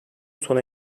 sona